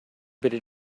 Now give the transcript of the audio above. bitte